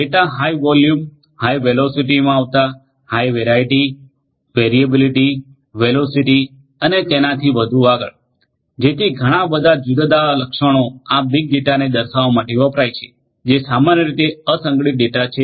data high volume high velocity માં આવતા high variety variability velocity અને તેનાથી વધુ આગળ જેથી ઘણા બધા જુદાં જુદાં લક્ષણો આ બીગ ડેટાને દર્શાવવા માટે વપરાય છે જે સામાન્ય રીતે અસંગઠિત ડેટા છે